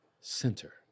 Center